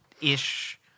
ish